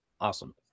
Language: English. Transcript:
Awesome